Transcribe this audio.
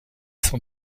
son